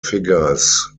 figures